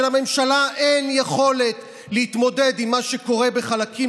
שלממשלה אין יכולת להתמודד עם מה שקורה בחלקים